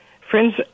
friends